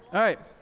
alright.